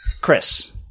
Chris